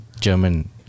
German